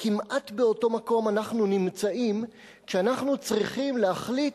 כמעט באותו מקום אנחנו נמצאים כשאנחנו צריכים להחליט